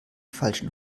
falschen